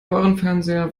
röhrenfernseher